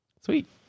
Sweet